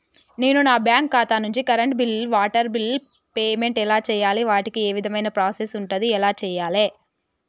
నేను నా బ్యాంకు ఖాతా నుంచి కరెంట్ బిల్లో వాటర్ బిల్లో పేమెంట్ ఎలా చేయాలి? వాటికి ఏ విధమైన ప్రాసెస్ ఉంటది? ఎలా చేయాలే?